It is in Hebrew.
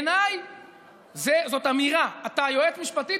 ובעיניי זאת אמירה: אתה יועץ משפטי,